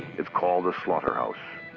it's called the slaughterhouse.